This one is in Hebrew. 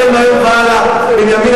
אולי אם החוק לא היה,